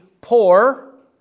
poor